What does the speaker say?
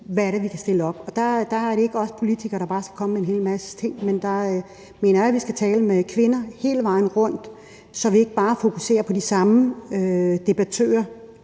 hvad vi kan stille op. Der er det ikke bare os politikere, der skal komme med en hel masse ting; der mener jeg, at vi skal tale med kvinder hele vejen rundt, så vi ikke bare fokuserer på de samme kvindelige